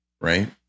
Right